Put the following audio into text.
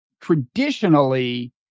traditionally